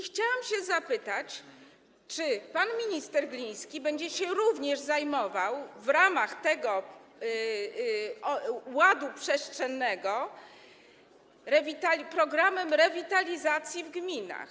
Chciałabym się też zapytać, czy pan minister Gliński będzie się również zajmował w ramach tego ładu przestrzennego programami rewitalizacji w gminach.